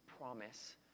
promise